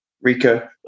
Rico